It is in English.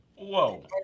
Whoa